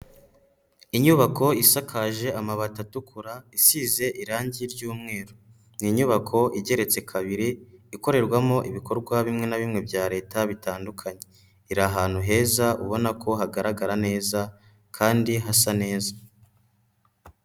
Inyubako isakaje amabati atukura, isize irangi ry'umweru, ni inyubako igeretse kabiri, ikorerwamo ibikorwa bimwe na bimwe bya leta bitandukanye, iri ahantu heza ubona ko hagaragara neza kandi hasa neza.